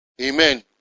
Amen